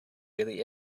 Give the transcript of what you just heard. really